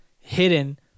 hidden